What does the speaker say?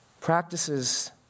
practices